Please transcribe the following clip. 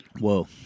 Whoa